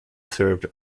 served